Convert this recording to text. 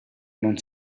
non